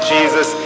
Jesus